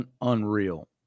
unreal